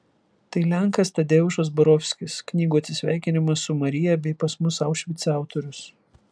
tai lenkas tadeušas borovskis knygų atsisveikinimas su marija bei pas mus aušvice autorius